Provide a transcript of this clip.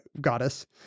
goddess